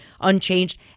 unchanged